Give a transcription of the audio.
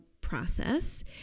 process